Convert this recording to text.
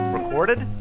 Recorded